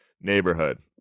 neighborhood